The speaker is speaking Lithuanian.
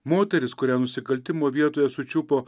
moteris kurią nusikaltimo vietoje sučiupo